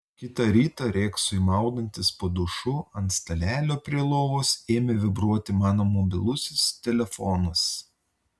kitą rytą reksui maudantis po dušu ant stalelio prie lovos ėmė vibruoti mano mobilusis telefonas